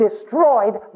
destroyed